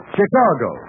Chicago